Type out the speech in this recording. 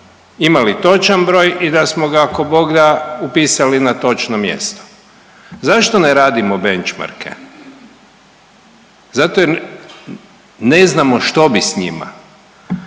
imali točan broj i da smo ga ako bog da upisali na točno mjesto. Zašto ne radimo benchmarke? Zato jer ne znamo što bismo s njima.